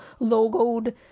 logoed